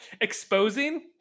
exposing